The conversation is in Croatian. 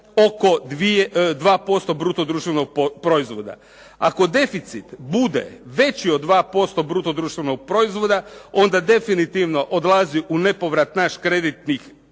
oko 2% bruto društvenog proizvoda. Ako deficit bude veći od 2% bruto društvenog proizvoda onda definitivno odlazi u nepovrat naš kreditni